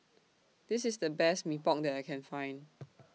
This IS The Best Mee Pok that I Can Find